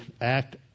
act